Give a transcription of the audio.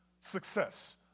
success